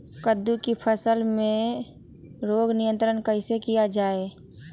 कददु की फसल में रोग नियंत्रण कैसे किया जाए?